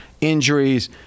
injuries